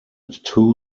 two